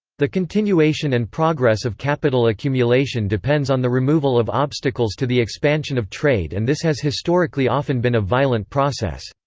the continuation and progress of capital accumulation depends on the removal of obstacles to the expansion of trade and this has historically often been a violent process.